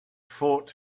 fought